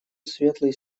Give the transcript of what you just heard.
светлый